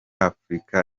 afurika